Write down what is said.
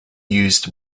used